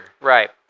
right